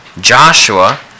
Joshua